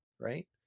right